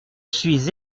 suis